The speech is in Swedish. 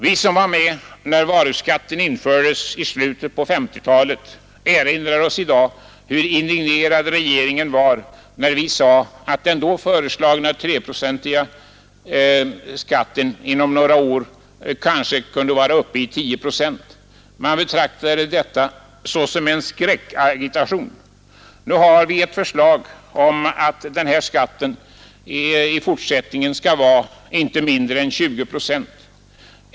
Vi som var med när varuskatten infördes i slutet av 1950-talet erinrar oss i dag hur indignerad regeringen var när vi sade att den då föreslagna skatten på 3 procent inom några år kanske kunde vara uppe i 10 procent. Man betraktade detta såsom en skräckagitation. Nu har vi ett förslag om att denna skatt skall vara icke mindre än 20 procent.